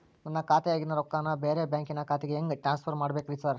ನನ್ನ ಖಾತ್ಯಾಗಿನ ರೊಕ್ಕಾನ ಬ್ಯಾರೆ ಬ್ಯಾಂಕಿನ ಖಾತೆಗೆ ಹೆಂಗ್ ಟ್ರಾನ್ಸ್ ಪರ್ ಮಾಡ್ಬೇಕ್ರಿ ಸಾರ್?